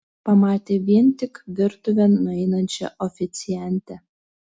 pamatė vien tik virtuvėn nueinančią oficiantę